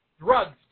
Drugs